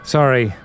Sorry